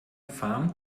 farm